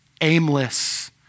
aimless